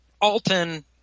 Alton